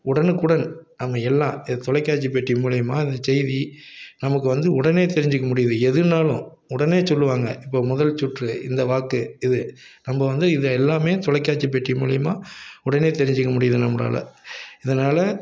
உடனுக்குடன் நம்ம எல்லாம் இது தொலைக்காட்சி பெட்டி மூலியுமாக இந்த செய்தி நமக்கு வந்து உடனே தெரிஞ்சிக்க முடியுது எதுன்னாலும் உடனே சொல்லுவாங்க இப்ப முதல் சுற்று இந்த வாக்கு இது நம்ம வந்து இதை எல்லாமே தொலைக்காட்சி பெட்டி மூலியுமாக உடனே தெரிஞ்சிக்க முடியுது நம்மளால் இதனால்